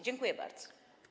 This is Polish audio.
Dziękuję bardzo.